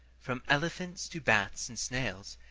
from elephants to bats and snails,